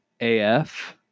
AF